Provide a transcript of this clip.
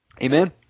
Amen